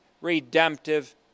redemptive